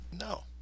no